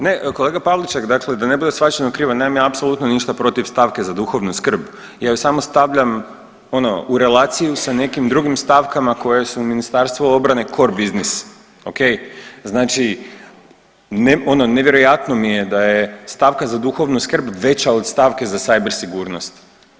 Ne, kolega Pavliček dakle da ne bude shvaćeno krivo, ja nemam apsolutno ništa protiv stavke za duhovnu skrb, ja ju samo stavljam ono u relaciju sa nekim drugim stavkama koje su Ministarstvo obrane cor biznis, ok, znači ono nevjerojatno mi je da je stavka za duhovnu skrb veća od stavke za cyber sigurnost.